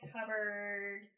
cupboard